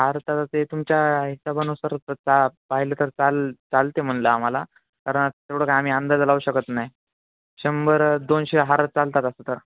हार त आता ते तुमच्या हिशोबानुसारचा पाहिलं तर चालंल चालते म्हटलं आम्हाला कारण तेवढं काय आम्ही अंदाज लावू शकत नाही शंभर दोनशे हार चालतात तसं तर